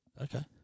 Okay